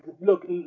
Look